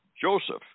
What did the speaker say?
Joseph